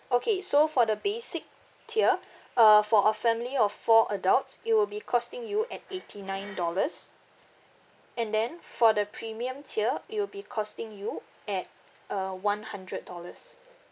okay so for the basic tier uh for a family of four adults it will be costing you at eighty nine dollars and then for the premium tier it will be costing you at uh one hundred dollars